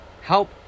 help